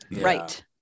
right